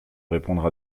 répondre